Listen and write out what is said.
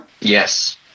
Yes